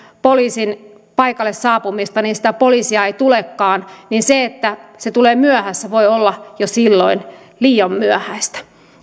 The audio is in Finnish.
poliisin paikalle saapumista että sitä poliisia ei tulekaan niin se että poliisi tulee myöhässä voi olla silloin jo liian myöhäistä